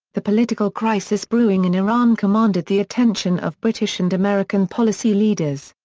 the political crisis brewing in iran commanded the attention of british and american policy leaders.